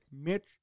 Mitch